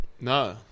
No